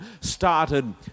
started